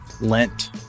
Lent